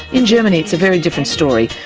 in germany it's a very different story,